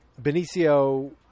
Benicio